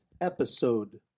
episode